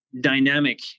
dynamic